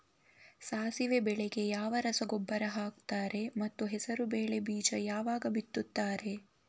ಸಾಸಿವೆ ಬೆಳೆಗೆ ಯಾವ ರಸಗೊಬ್ಬರ ಹಾಕ್ತಾರೆ ಮತ್ತು ಹೆಸರುಬೇಳೆ ಬೀಜ ಯಾವಾಗ ಬಿತ್ತುತ್ತಾರೆ?